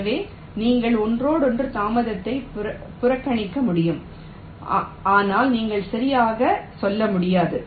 எனவே நீங்கள் ஒன்றோடொன்று தாமதத்தை புறக்கணிக்க முடியும் ஆனால் நீங்கள் சரியாக சொல்ல முடியாது